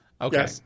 Okay